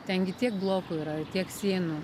ten gi tiek blokų yra tiek sienų